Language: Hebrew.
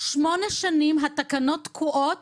שמונה שנים התקנות תקועות